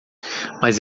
mas